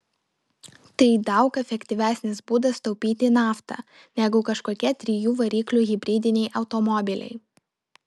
tai daug efektyvesnis būdas taupyti naftą negu kažkokie trijų variklių hibridiniai automobiliai